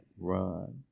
run